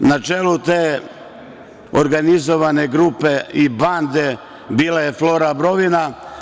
Na čelu te organizovane grupe i bande bila je Flora Brovina.